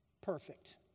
Perfect